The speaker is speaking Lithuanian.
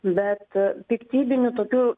bet piktybinių tokių